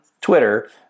Twitter